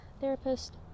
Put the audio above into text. therapist